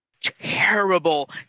Terrible